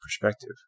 perspective